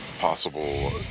possible